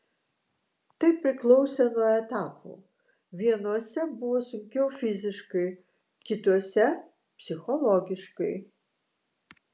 tai priklausė nuo etapų vienuose buvo sunkiau fiziškai kituose psichologiškai